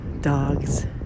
Dogs